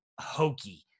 hokey